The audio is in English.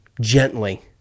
gently